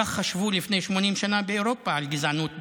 כך חשבו לפני 80 שנה באירופה על גזענות ביולוגית.